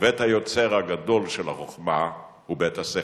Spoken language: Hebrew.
ובית-היוצר הגדול של החוכמה הוא בית-הספר,